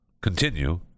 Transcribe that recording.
continue